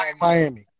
Miami